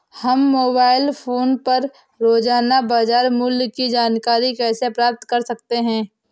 हम mobile phone पर रोजाना बाजार मूल्य की जानकारी कैसे प्राप्त कर सकते हैं?